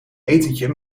etentje